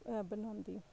ਬਣਾਉਂਦੀ